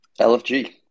LFG